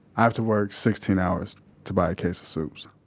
i have to work sixteen hours to buy a case of soups